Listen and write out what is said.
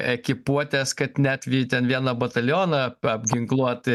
ekipuotės kad net ten vieną batalioną apginkluoti